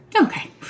Okay